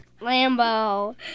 Lambo